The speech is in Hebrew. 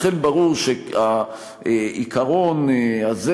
לכן ברור שהעיקרון הזה,